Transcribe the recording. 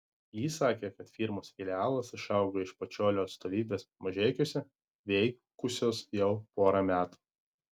ji sakė kad firmos filialas išaugo iš pačiolio atstovybės mažeikiuose veikusios jau porą metų